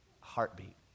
Heartbeat